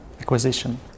acquisition